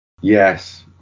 Yes